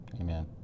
Amen